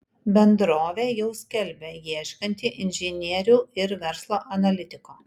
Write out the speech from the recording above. bendrovė jau skelbia ieškanti inžinierių ir verslo analitiko